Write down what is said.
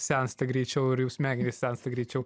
sensta greičiau ir jų smegenys sensta greičiau